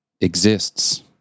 exists